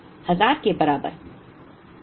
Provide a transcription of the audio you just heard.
Q 1000 के बराबर